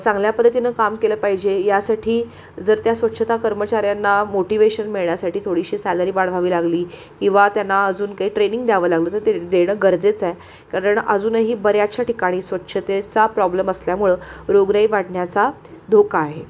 चांगल्या पद्धतीनं काम केलं पाहिजे यासाठी जर त्या स्वच्छता कर्मचाऱ्यांना मोटिवेशन मिळण्यासाठी थोडीशी सॅलरी वाढवावी लागली किंवा त्यांना अजून काही ट्रेनिंग द्यावं लागलं तर ते देणं गरजेचं आहे कारण अजूनही बऱ्याचशा ठिकाणी स्वच्छतेचा प्रॉब्लेम असल्यामुळं रोगराई वाढण्याचा धोका आहे